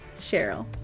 Cheryl